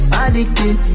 addicted